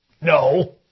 No